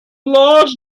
large